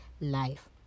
life